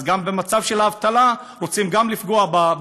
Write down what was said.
אז גם במצב של אבטלה, רוצים גם לפגוע במורים.